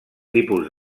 tipus